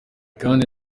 kandi